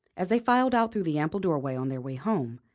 as they filed out through the ample doorway, on their way home,